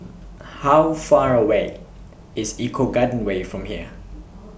How Far away IS Eco Garden Way from here